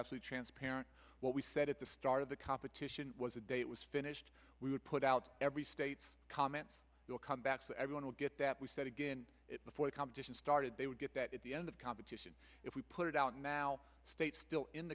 actually transparent what we said at the start of the competition was the day it was finished we would put out every state's comments will come back so everyone will get that we said again before the competition started they would get that at the end of competition if we put it out now states still in